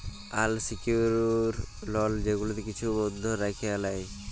আল secured লল যেগুলাতে কিছু বল্ধক রাইখে লেই